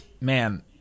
man